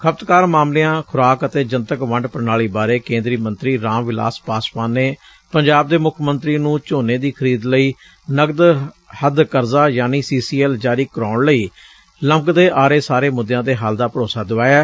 ਖਪਤਕਾਰ ਮਾਮਲਿਆਂ ਖੁਰਾਕ ਅਤੇ ਜਨਤਕ ਵੰਡ ਪੂਣਾਲੀ ਬਾਰੇ ਕੇਂਦਰੀ ਮੰਤਰੀ ਰਾਲ ਵਿਲਾਸ ਪਾਸਵਾਨ ਨੇ ਪੰਜਾਬ ਦੇ ਮੁੱਖ ਮੰਤਰੀ ਨੂੰ ਝੋਲੇ ਦੀ ਖਰੀਦ ਲਈ ਨਗਦ ਹੱਦ ਕਰਜਾ ਯਾਨੀ ਸੀ ਸੀ ਐਲ ਜਾਰੀ ਕਰਵਾਉਣ ਲਈ ਲੰਬਿਤ ਪਏ ਸਾਰੇ ਮੁੱਦਿਆਂ ਦੇ ਹੱਲ ਦਾ ਭਰੋਸਾ ਦਵਾਇਆ